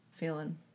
feeling